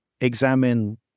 examine